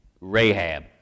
Rahab